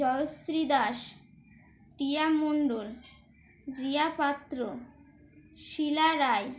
Jayashree Das Tia Mondal Riya Patra Sheela Roy